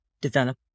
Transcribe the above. develop